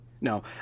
No